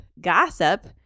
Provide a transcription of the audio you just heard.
gossip